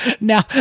now